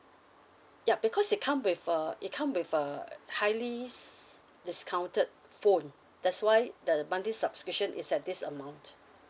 yup because it come with a it come with a highly s~ discounted phone that's why the the monthly subscription is at this amount